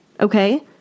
okay